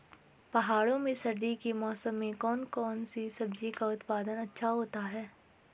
पहाड़ों में सर्दी के मौसम में कौन सी सब्जी का उत्पादन अच्छा होता है?